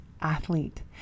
athlete